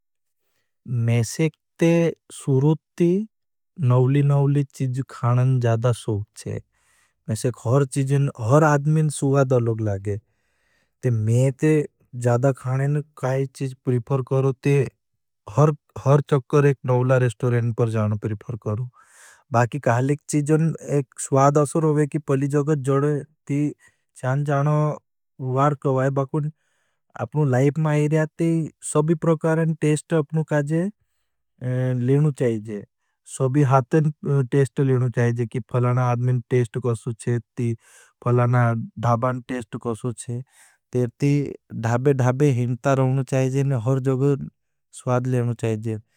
मेशेख ते सुरूत ती नवली नवली चीज खानन जाधा सोग छे। मेशेख हर आदमीन सुवाद अलग लागे। ते मेशेख ते जाधा खानने काई चीज प्रिफर करो। ते हर चक्कर एक नवला रेस्टोरेंड पर जाणा प्रिफर करो। स्वाद असुर होगे कि पली जग जड़े ती चान जाणा वार कवाए। आपनु लाइफ में आईर्याती सभी प्रकारें टेस्ट अपनु काजे लेनु चाहिए। सभी हातें टेस्ट लेनु चाहिए। कि फलाना आदमीन टेस्ट कसू छे। धापे धापे हिनता रहनु चाहिए। हर जग स्वाद लेनु चाहिए।